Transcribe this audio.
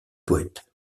poète